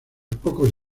pocos